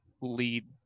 lead